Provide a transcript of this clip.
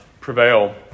prevail